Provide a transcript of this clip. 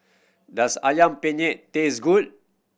does Ayam Penyet taste good